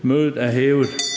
Mødet er hævet.